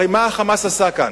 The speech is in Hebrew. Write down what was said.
הרי מה ה"חמאס" עשה כאן?